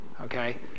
Okay